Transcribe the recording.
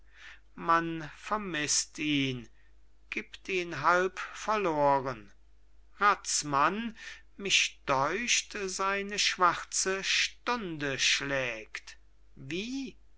man vermißt ihn gibt ihn halb verloren razmann mich deucht seine schwarze stunde schlägt wie